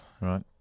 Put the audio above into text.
Right